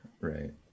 Right